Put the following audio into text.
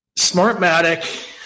smartmatic